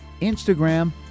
Instagram